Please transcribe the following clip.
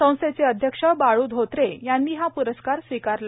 संस्थेचे अध्यक्ष बाळू धोत्रे यांनी हा प्रस्कार स्विकारला